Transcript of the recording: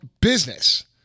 business